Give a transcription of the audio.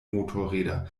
motorräder